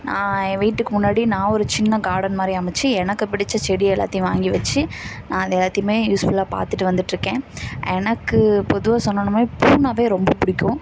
நான் என் வீட்டுக்கு முன்னாடி நான் ஒரு சின்ன காடன் மாதிரி அமைத்து எனக்கு பிடித்த செடி எல்லாத்தையும் வாங்கி வெச்சி நான் அது எல்லாத்தையும் யூஸ்ஃபுல்லாக பார்த்துட்டு வந்துட்டு இருக்கேன் எனக்கு பொதுவாக சொல்லணும்னா பூன்னாலே ரொம்ப பிடிக்கும்